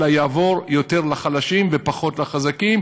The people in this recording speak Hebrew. אלא יעבור יותר לחלשים ופחות לחזקים,